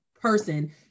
person